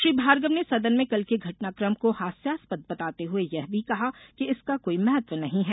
श्री भार्गव ने सदन में कल के घटनाकम को हास्यास्पद बताते हुए यह भी कहा कि इसका कोई महत्व नही है